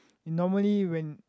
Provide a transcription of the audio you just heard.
you normally when